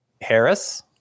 Harris